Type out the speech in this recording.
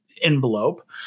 envelope